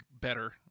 better